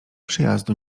przyjazdu